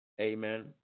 amen